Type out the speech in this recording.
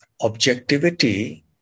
objectivity